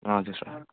हजुर सर